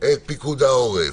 את פיקוד העורף,